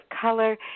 color